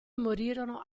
morirono